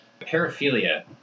Paraphilia